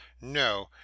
no